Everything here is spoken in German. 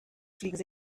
fliegen